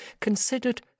considered